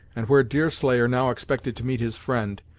and where deerslayer now expected to meet his friend,